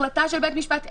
החלטה של בית משפט עליון,